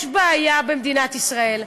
יש בעיה במדינת ישראל.